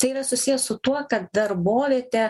tai yra susiję su tuo kad darbovietė